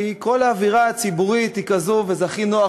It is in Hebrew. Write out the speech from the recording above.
כי כל האווירה הציבורית היא כזו וזה הכי נוח,